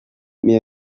mais